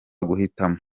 guhitamo